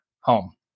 home